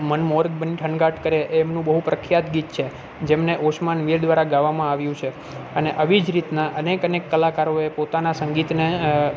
મનમોર બની થનગાટ કરે એ એમનું બહુ પ્રખ્યાત ગીત છે જેમને ઓસ્માન મીર દ્વારા ગાવામાં આવ્યું છે અને આવી જ રીતના અનેક કલાકારોએ પોતાના સંગીતને